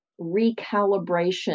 recalibration